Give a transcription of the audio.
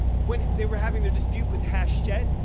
when it they were having the dispute with hachette,